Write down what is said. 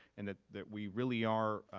and that that we really are,